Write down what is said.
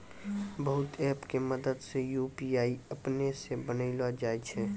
बहुते ऐप के मदद से यू.पी.आई अपनै से बनैलो जाय छै